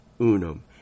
unum